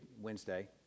Wednesday